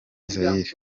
zaire